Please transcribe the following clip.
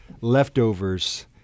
Leftovers